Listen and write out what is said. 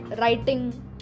writing